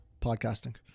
podcasting